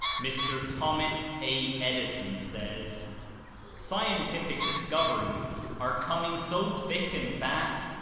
mr. thomas a. edison says scientific discoveries are coming so thick and fast,